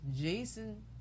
jason